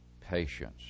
patience